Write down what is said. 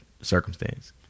circumstance